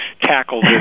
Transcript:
tackle